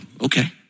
okay